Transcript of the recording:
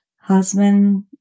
husband